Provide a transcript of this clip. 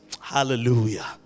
Hallelujah